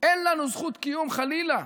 אין לנו זכות קיום, חלילה.